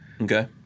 Okay